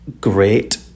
great